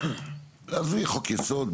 עזבי חוק יסוד,